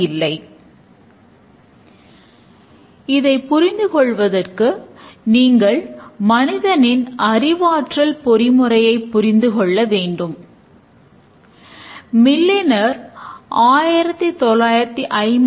இவையாவும் பெரும்பாலும் ஒரே மாதிரியானவை